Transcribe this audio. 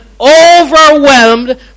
overwhelmed